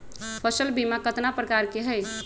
फसल बीमा कतना प्रकार के हई?